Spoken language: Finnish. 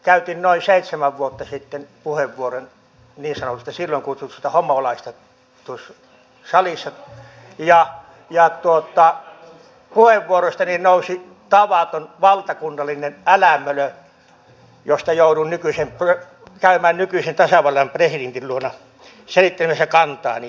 käytin noin seitsemän vuotta sitten puheenvuoron niin sanotusta silloin kutsutusta homolaista salissa ja puheenvuorostani nousi tavaton valtakunnallinen älämölö jonka vuoksi jouduin käymään nykyisen tasavallan presidentin luona selittelemässä kantaani